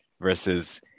versus